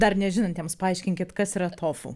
dar nežinantiems paaiškinkit kas yra tofu